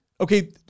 Okay